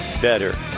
better